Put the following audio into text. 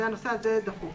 הנושא הזה דחוף.